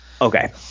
Okay